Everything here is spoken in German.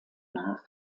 nach